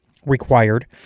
required